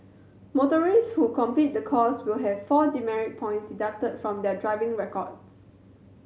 motorists who complete the course will have four demerit points deducted from their driving records